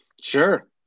Sure